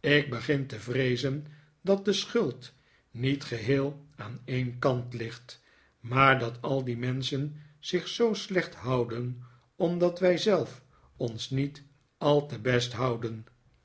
ik begin te vreezen dat de schuld niet geheel aan een kant ligt maar dat al die menschen zich zoo slecht houden omdat wij zelf ons niet al te best houden